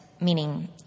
meaning